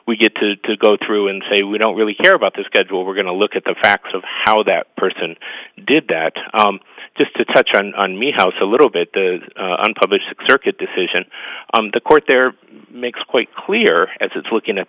we get to go through and say we don't really care about the schedule we're going to look at the facts of how that person did that just to touch on me house a little bit the unpublished sixer kit decision the court there makes quite clear as it's looking at